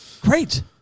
great